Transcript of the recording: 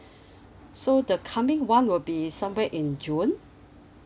so the coming [one] will be somewhere in june